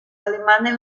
alemanes